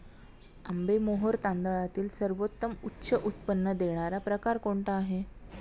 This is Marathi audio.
आंबेमोहोर तांदळातील सर्वोत्तम उच्च उत्पन्न देणारा प्रकार कोणता आहे?